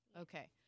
Okay